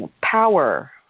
power